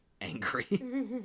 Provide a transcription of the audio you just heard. angry